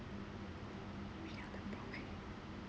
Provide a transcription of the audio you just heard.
read out the prompt meh